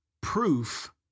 proof